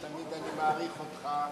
תמיד אני מעריך אותך,